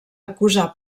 acusar